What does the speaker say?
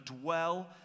dwell